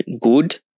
good